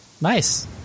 Nice